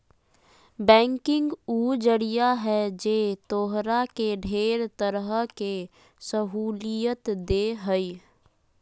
banking उ जरिया है जे तोहरा के ढेर तरह के सहूलियत देह हइ